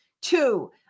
Two